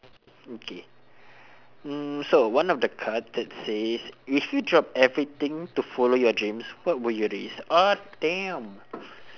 okay mm so one of the card that says if you drop everything to follow your dreams what would you risk oh damn